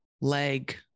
leg